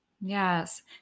Yes